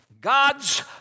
God's